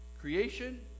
Creation